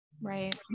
right